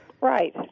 Right